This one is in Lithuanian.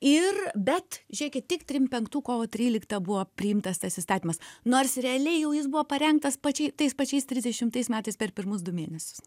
ir bet žiekit tik trim penktų kovo tryliktą buvo priimtas tas įstatymas nors realiai jau jis buvo parengtas pačiai tais pačiais trisdešimtais metais per pirmus du mėnesius